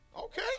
Okay